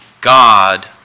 God